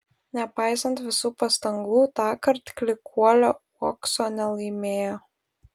nepaisant visų pastangų tąkart klykuolė uokso nelaimėjo